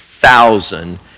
thousand